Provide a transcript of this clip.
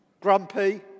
Grumpy